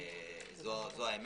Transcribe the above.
זו האמת.